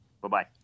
Bye-bye